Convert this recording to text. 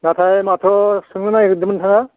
नाथाय माथो सोंनो नागिरदोंमोन नोंथाङा